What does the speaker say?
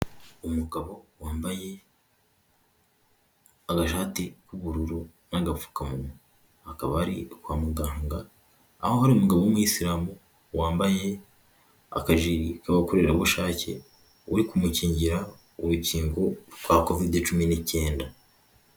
Umugabo wambaye agashati k'ubururu n'agapfukamunwa akaba ari kwa muganga aho ari umugabo w'umuyisilamu wambaye akajiri k'abakorerabushake, uri kumukingira urukingo rwa kovide cumi n'icyenda.